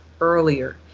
earlier